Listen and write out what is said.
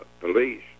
police